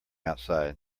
outside